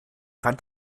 fand